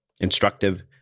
instructive